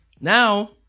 Now